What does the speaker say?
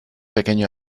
pequeño